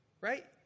Right